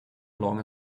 along